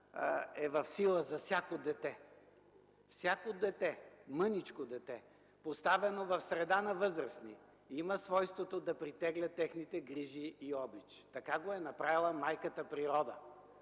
е в сила за всяко дете. Всяко мъничко дете, поставено в среда на възрастни, има свойството да притегля техните грижи и обич – така го е направила майката природа.